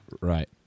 right